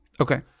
Okay